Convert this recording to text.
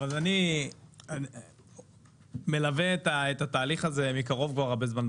אז אני מלווה את התהליך הזה מקרוב כבר הרבה זמן.